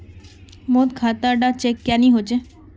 मोर खाता डा चेक क्यानी होचए?